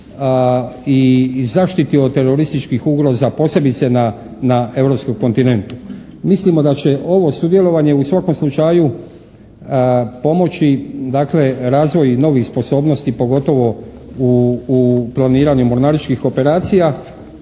i zaštiti od terorističkih ugroza posebice na europskom kontinentu. Mislimo da će ovo sudjelovanje u svakom slučaju pomoći razvoju novih sposobnosti pogotovo u planiranju mornaričkih operacija,